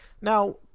Now